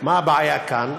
מה הבעיה כאן?